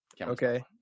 Okay